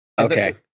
Okay